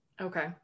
Okay